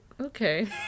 Okay